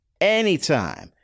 anytime